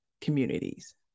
communities